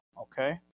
Okay